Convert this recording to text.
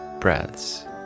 breaths